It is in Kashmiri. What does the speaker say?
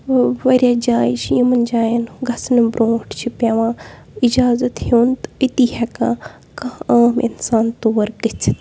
وٕ واریاہ جایہِ چھِ یِمَن جایَن گژھنہٕ برٛونٛٹھ چھِ پٮ۪وان اِجازَت ہیوٚن تہٕ أتی ہٮ۪کان کانٛہہ عام اِنسان تور گٔژھِتھ